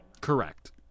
Correct